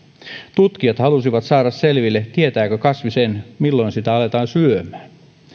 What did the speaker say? tutkijat halusivat saada selville tietääkö kasvi sen milloin sitä aletaan syödä